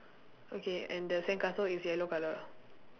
okay and the sandcastle is yellow colour